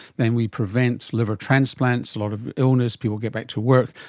then we prevent liver transplants, a lot of illness, people get back to work,